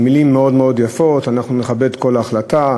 המילים מאוד מאוד יפות: אנחנו נכבד כל החלטה,